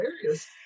hilarious